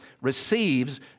receives